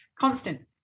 constant